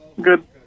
Good